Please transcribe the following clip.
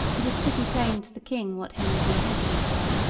it was pretty plain to the king what henry's intentions were,